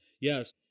yes